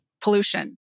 pollution